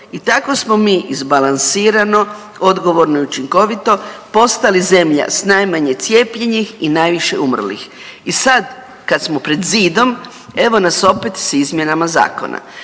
I tako smo mi izbalansirano, odgovorno i učinkovito postali zemlja s najmanje cijepljenih i najviše umrlih. I sad kad smo pred zidom evo nas opet s izmjenama zakona